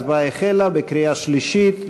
ההצבעה החלה בקריאה שלישית,